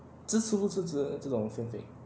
支持不支持这种 fanfic